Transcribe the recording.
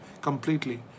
completely